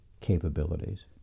capabilities